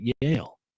Yale